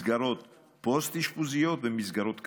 למסגרות פוסט-אשפוזיות ולמסגרות קצה.